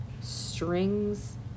strings